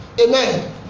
Amen